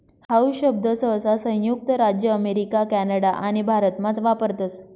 how शब्द सहसा संयुक्त राज्य अमेरिका कॅनडा आणि भारतमाच वापरतस